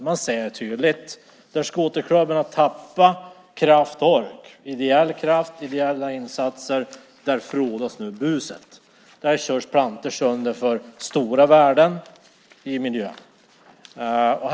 Man ser tydligt att där skoterklubbarna tappar kraft och ork - ideell kraft och ideella insatser - frodas nu buset. Där körs plantor sönder för stora värden i miljön.